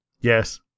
Yes